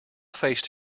faced